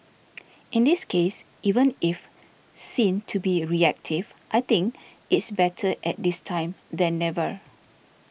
in this case even if seen to be reactive I think it's better at this time than never